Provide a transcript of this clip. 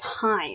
time